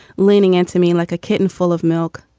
leaning into me like a kitten full of milk,